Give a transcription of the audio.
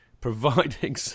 providing